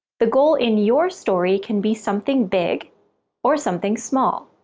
the goal in your story can be something big or something small.